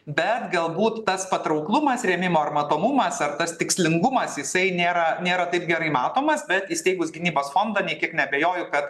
bet galbūt tas patrauklumas rėmimo ar matomumas ar tas tikslingumas jisai nėra nėra taip gerai matomas bet įsteigus gynybos fondą nė kiek neabejoju kad